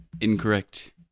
Incorrect